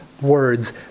words